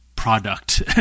product